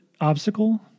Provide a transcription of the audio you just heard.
obstacle